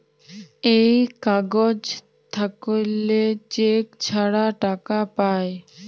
এই কাগজ থাকল্যে চেক ছাড়া টাকা পায়